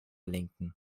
lenken